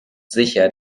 sicher